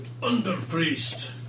underpriest